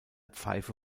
pfeife